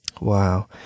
Wow